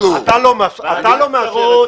אבל אתה לא מאשר את